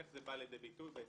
איך זה בא לידי ביטוי בהישגים,